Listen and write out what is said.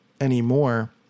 anymore